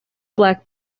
black